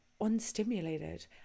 unstimulated